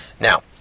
Now